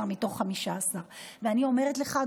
13 מתוך 15. ואני אומרת לך,